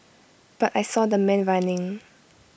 but I saw the man running